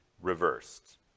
reversed